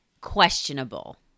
questionable